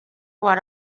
what